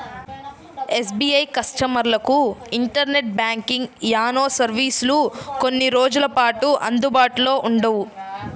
SBI కస్టమర్లకు internet banking, YONO సర్వీసులు కొన్ని రోజుల పాటు అందుబాటులో ఉండవు